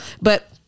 but-